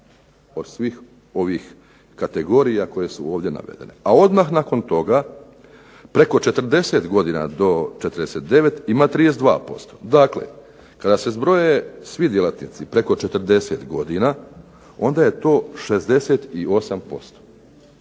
od svih ovih kategorija koje su ovdje navedene. A odmah nakon toga preko 40 godina do 49 ima 32%.Dakle, kada se zbroje svi djelatnici preko 40 godina onda je to 68%,